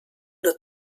nur